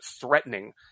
threatening